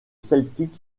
celtic